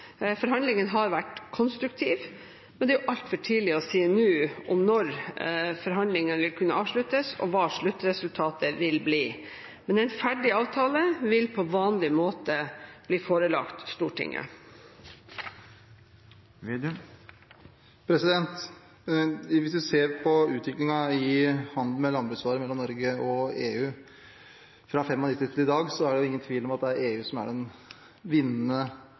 Forhandlingene har vært konstruktive, men det er altfor tidlig å si noe om når forhandlingene vil kunne avsluttes, og hva sluttresultatet vil bli. Men en ferdig avtale vil på vanlig måte bli forelagt Stortinget. Hvis man ser på utviklingen i handelen med landbruksvarer mellom Norge og EU fra 1995 til i dag, er det ingen tvil om at det er EU som er den vinnende